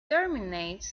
terminates